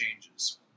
changes